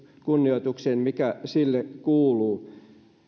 kunnioitukseen mikä sille kuuluu